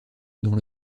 dont